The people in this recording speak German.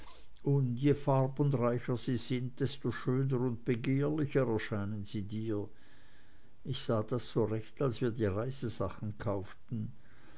und je farbenreicher sie sind desto schöner und begehrlicher erscheinen sie dir ich sah das so recht als wir die reisesachen kauften